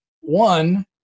one